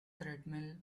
treadmill